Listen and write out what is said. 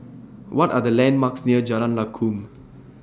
What Are The landmarks near Jalan Lakum